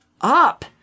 up